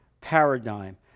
paradigm